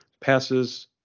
passes